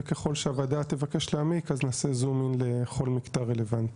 וככל שהוועדה תבקש להעמיק אז נעשה זום אין לכל מקטע רלוונטי,